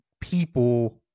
people